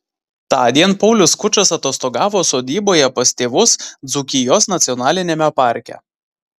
tądien paulius skučas atostogavo sodyboje pas tėvus dzūkijos nacionaliniame parke